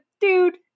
dude